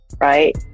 Right